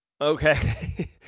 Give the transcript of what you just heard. Okay